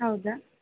ಹೌದಾ